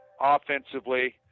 offensively